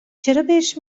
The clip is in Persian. چرابهش